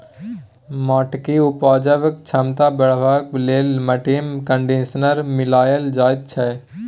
माटिक उपजेबाक क्षमता बढ़ेबाक लेल माटिमे कंडीशनर मिलाएल जाइत छै